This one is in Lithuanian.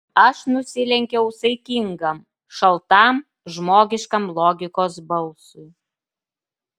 aš nusilenkiau saikingam šaltam žmogiškam logikos balsui